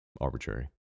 arbitrary